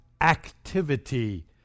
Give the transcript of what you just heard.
Activity